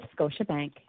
Scotiabank